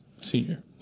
senior